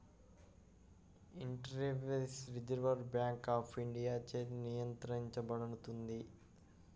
interface reserve bank of ఇండియాచే నియంత్రించబడుతుంది